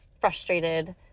frustrated